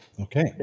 okay